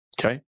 Okay